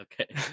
Okay